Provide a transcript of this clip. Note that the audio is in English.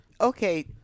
Okay